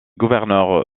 gouverneur